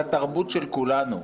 התרבות של כולנו.